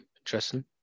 Interesting